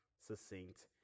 succinct